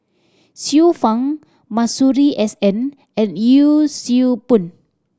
Xiu Fang Masuri S N and Yee Siew Pun